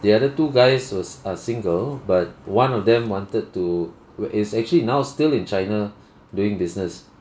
the other two guys was uh single but one of them wanted to w~ is actually now still in china doing business